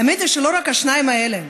האמת היא שלא רק השניים האלה,